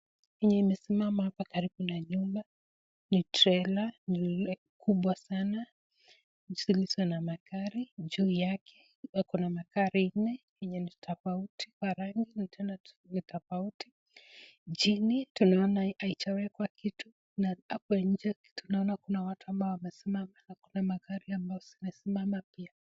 Enye imesimama hapa karibu na nyumba ni trela kubwa sana , zilizo na magari juu yake na kuna magari nne enye nitofauti na rangi tena ni tofauti , Chini tunaona haijawekwa kitu .Hapo nje tunaona watu ambao wamesimama na magari ambao zimesimama pia.